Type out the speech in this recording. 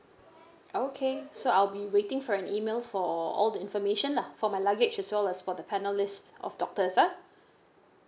okay so I'll be waiting for an email for all the information lah for my luggage as well as for the panel list of doctors ah